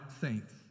saints